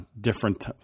different